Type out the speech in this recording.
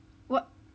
what